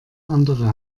andere